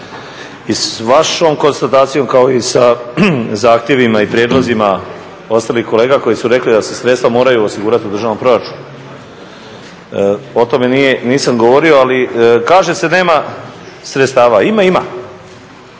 I s vašom konstatacijom kao i sa zahtjevima i prijedlozima ostalih kolega koji su rekli da se sredstva moraju osigurati u državnom proračunu. O tome nisam govorio, ali kaže se nema sredstava. Ima, ima.